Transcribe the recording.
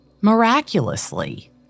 Miraculously